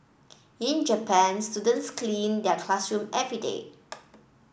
in Japan students clean their classroom every day